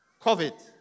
COVID